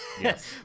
yes